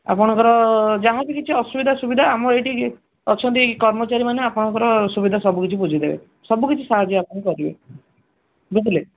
ଆପଣଙ୍କର ଯାହା ବି କିଛି ଅସୁବିଧା ସୁବିଧା ଆମର ଏଇଠି ଅଛନ୍ତି କର୍ମଚାରୀମାନେ ଆପଣଙ୍କର ଅସୁବିଧା ସବୁ କିଛି ବୁଝିଦେବେ ସବୁ କିଛି ସାହାଯ୍ୟ ଆପଣଙ୍କ କରିବେ ବୁଝିଲେ